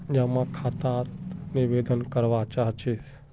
जमा खाता त निवेदन करवा चाहीस?